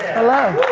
hello.